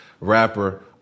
rapper